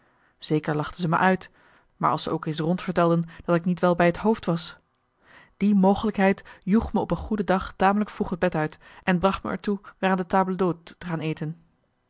zeker lachten ze mij uit maar als ze ook eens rondvertelden dat ik niet wel bij het hoofd was die mogelijkheid joeg me op een goede dag tamelijk vroeg het bed uit en bracht er me toe weer aan de table d hôtes te gaan eten